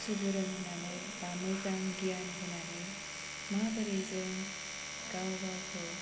सुबुरुन होनानै बा मोजां गियान होनानै माबोरै जों गाव गावखौ